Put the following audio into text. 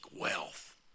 wealth